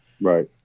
Right